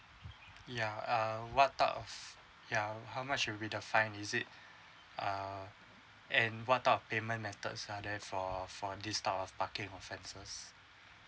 ya err what type of ya how much will be the fine is it err and what type of payment methods are there for for this type of parking offences